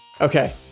Okay